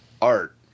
art